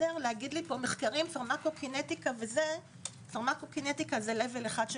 לומר לי מחקרים פארמה קינטיקה - זה לבל אחד של